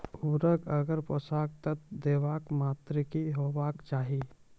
उर्वरक आर पोसक तत्व देवाक मात्राकी हेवाक चाही?